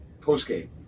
post-game